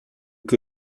que